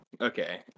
Okay